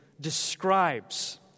describes